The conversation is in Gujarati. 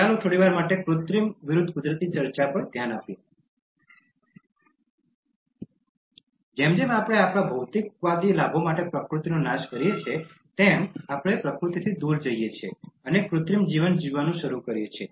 ચાલો થોડી વાર માટે કૃત્રિમ વિરુદ્ધ કુદરતી ચર્ચા પર ધ્યાન આપીએ જેમ જેમ આપણે આપણા ભૌતિકવાદી લાભો માટે પ્રકૃતિનો નાશ કરીએ છીએ તેમ આપણે પ્રકૃતિથી દૂર જઈએ છીએ અને કૃત્રિમ જીવન જીવવાનું શરૂ કરીએ છીએ